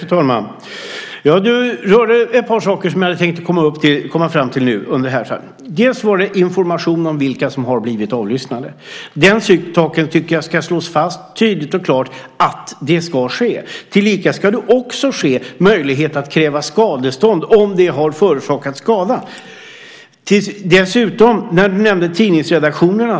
Fru talman! Du berörde ett par saker som jag hade tänkt komma fram till. Först gäller det informationen om vilka som har blivit avlyssnade. Jag tycker att det tydligt och klart ska slås fast att det ska ske. Tillika ska det också finnas en möjlighet att kräva skadestånd om skada förorsakats. Du nämnde tidningsredaktionerna.